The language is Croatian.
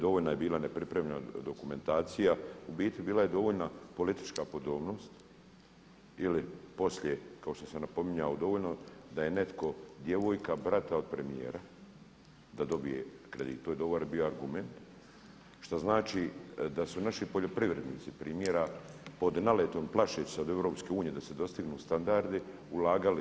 Dovoljno je bila nepripremljena dokumentacija u biti bila je dovoljna politička podobnost ili poslije kao što sam napominjao, dovoljno da je netko djevojka brata od premijera da dobije kredit, to je bio dobar argument, što znači da su naši poljoprivrednici primjera pod naletom plašeći se od EU da se dostignu standardi ulagali.